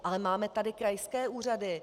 Ale máme tady krajské úřady.